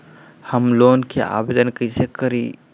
Home loan के आवेदन कैसे करि?